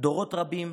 דורות רבים